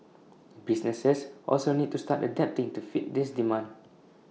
businesses also need to start adapting to fit this demand